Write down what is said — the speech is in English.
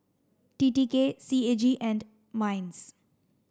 T T K C A G and MINDS